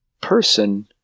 person